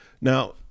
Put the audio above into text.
Now